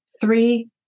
Three